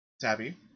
Tabby